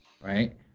right